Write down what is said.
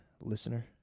listener